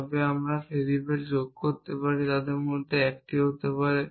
তবে আমি ভেরিয়েবল যোগ করতে পারি তাদের মধ্যে ১টি হতে পারে